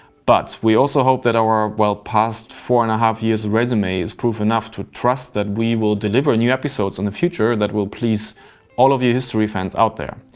but we also hope that our, well, past four and a half years resume is proof enough to trust that we will deliver new episodes in the future that will please all of you history fans out there.